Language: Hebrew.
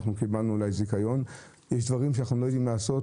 אנחנו אולי קיבלנו זיכיון אבל יש דברים שאנחנו לא יודעים לעשות.